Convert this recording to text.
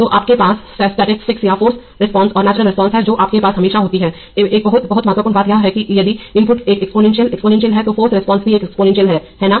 तो आपके पास स्टेटिस्टिक्स या फाॅर्स रिस्पांस और नेचुरल रिस्पांस है जो आपके पास हमेशा होती है एक बहुत बहुत महत्वपूर्ण बात यह है कि यदि इनपुट एक एक्सपोनेंशियल एक्सपोनेंशियल है तो फाॅर्स रिस्पांस भी एक एक्सपोनेंशियल है है ना